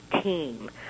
team